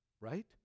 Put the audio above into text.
right